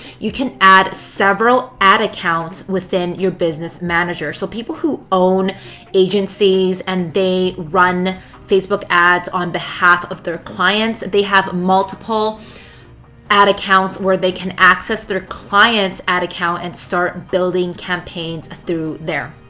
you can add several ad accounts within your business manager. so people who own agencies and they run facebook ads on behalf of their clients, they have multiple ad accounts where they can access their client's ad account and start building campaigns through there.